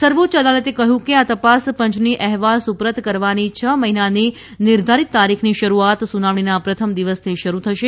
સર્વોચ્ય અદાલતે કહ્યું કે આ તપાસપંચની અહેવાલ સુપ્રત કરવાની છ મહિનાની નિર્ધારીત તારીખની શરૂઆત સુનાવણીના પ્રથમ દિવસથી શરૂ થશે